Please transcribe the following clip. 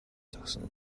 зогсоно